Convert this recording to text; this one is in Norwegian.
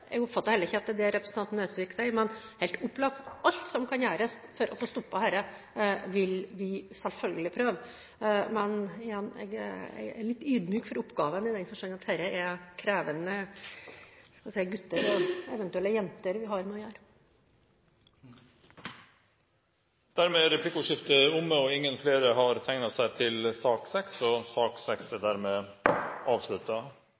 jeg oppfatter heller ikke at det er det representanten Nesvik sier, men helt opplagt: Alt som kan gjøres for å stoppe dette, vil vi selvfølgelig prøve. Men igjen: Jeg er litt ydmyk for oppgaven, i den forstand at det er krevende gutter – eventuelt jenter – vi har med å gjøre. Replikkordskiftet er omme. Flere har ikke bedt om ordet til sak